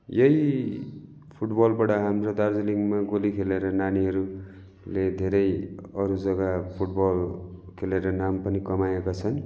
यही फुटबलबाट हाम्रो दार्जिलिङमा गोली खेलेर नानीहरूले धेरै अरू जग्गा फुटबल खेलेर नाम पनि कमाएका छन्